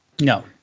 No